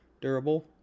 durable